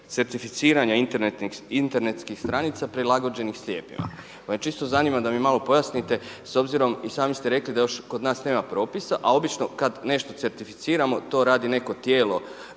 certificiranja internetskih stranica .../Govornik se ne razumije./... pa me čisto zanima da mi malo pojasnite, s obzirom i sami ste rekli da još kod nas nema propisa, a obično kad nešto certificiramo to radi neko tijelo